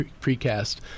precast